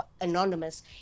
anonymous